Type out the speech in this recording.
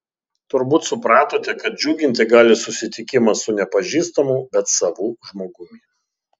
turbūt supratote kad džiuginti gali susitikimas su nepažįstamu bet savu žmogumi